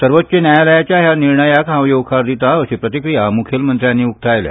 सवोच्च न्यायालयाच्या हया निर्णयाक हांव येवकार दिता अशी प्रतिक्रीया मुखेलमंत्र्यांनी उक्तायल्या